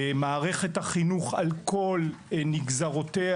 מערכת החינוך על כל נגזרותיה.